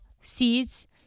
seeds